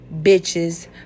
Bitches